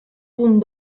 punt